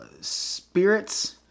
spirits